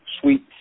suite